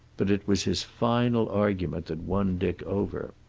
but it was his final argument that won dick over.